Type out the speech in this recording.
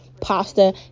pasta